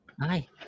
Hi